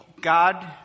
god